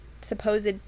supposed